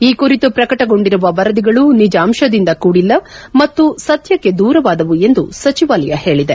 ಈ ಕುರಿತು ಪ್ರಕಟಗೊಂಡಿರುವ ವರದಿಗಳು ನಿಜಾಂಶದಿಂದ ಕೂಡಿಲ್ಲ ಮತ್ತು ಸತ್ಯಕ್ಕೆ ದೂರವಾದವು ಎಂದು ಸಚಿವಾಲಯ ಹೇಳಿದೆ